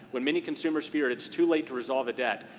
when many consumers fear it's too late to resolve a debt,